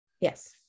Yes